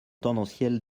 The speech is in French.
tendancielle